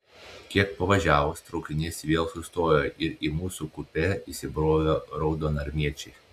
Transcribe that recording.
kiek pavažiavus traukinys vėl sustojo ir į mūsų kupė įsibrovė raudonarmiečiai